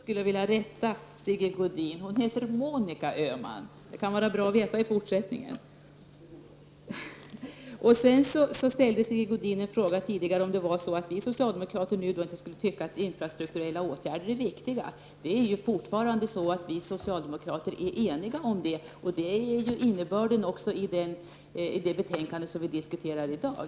Herr talman! Först skulle jag vilja rätta Sigge Godin. Hon heter Monica Öhman — det kan vara bra att veta i fortsättningen. Sigge Godin ställde sig en fråga tidigare om det var så att vi socialdemokrater skulle tycka att infrastrukturella åtgärder inte är viktiga. Vi socialdemokrater är fortfarande eniga om att de är viktiga. Det är innebörden också i det betänkande som vi diskuterar i dag.